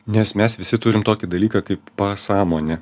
nes mes visi turim tokį dalyką kaip pasąmonė